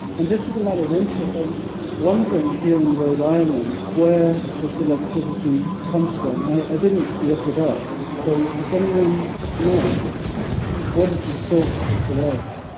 and, just as a matter of interest, i'm wondering, here in rhode island, where this electricity comes from. i didn't look it up. so does anyone know what is the source of the lights?